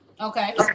Okay